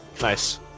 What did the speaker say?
nice